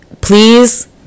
please